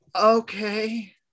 okay